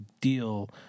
deal